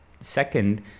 Second